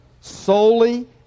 solely